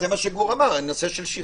זה מה שגור אמר על נושא של שכרות.